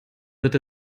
wird